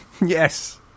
yes